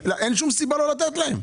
אין שום סיבה לא לתת להן.